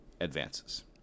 advances